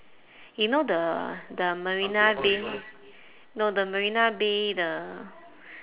you know the the marina bay no the marina bay the